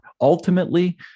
Ultimately